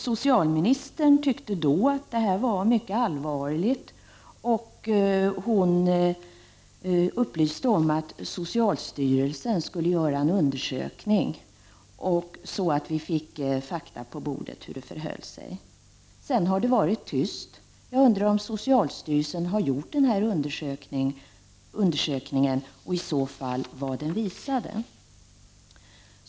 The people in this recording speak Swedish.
Socialministern tyckte då att det var mycket allvarligt, och hon sade att socialstyrelsen skulle göra en undersökning, så att vi skulle få fakta på bordet om hur det förhöll sig. Sedan dess har det varit tyst. Jag undrar om socialstyrelsen har gjort denna undersökning och i så fall vad den visade.